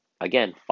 Again